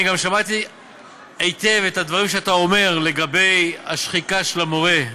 אני גם שמעתי היטב את הדברים שאתה אומר לגבי השחיקה של המורה,